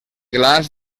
glaç